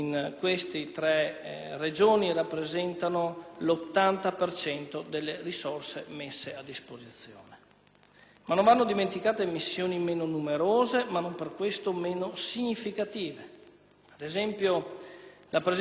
Non dobbiamo dimenticare missioni meno numerose ma non per questo meno significative. Ricordo, ad esempio, la presenza di 51 finanzieri con finalità di contrasto ai flussi migratori irregolari orientati dalla Libia verso il nostro Paese.